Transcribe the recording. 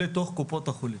לתוך קופות החולים.